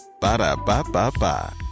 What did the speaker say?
ba-da-ba-ba-ba